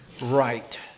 right